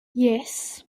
yes